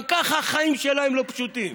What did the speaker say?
גם ככה החיים שלהם לא פשוטים.